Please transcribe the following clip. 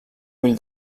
ull